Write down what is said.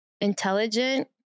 intelligent